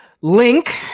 link